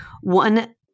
one